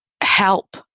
help